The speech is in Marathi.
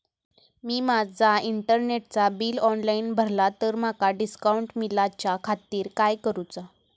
मी माजा इंटरनेटचा बिल ऑनलाइन भरला तर माका डिस्काउंट मिलाच्या खातीर काय करुचा?